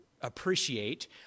appreciate